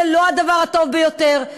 זה לא הדבר הטוב ביותר,